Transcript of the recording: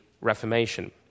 Reformation